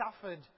suffered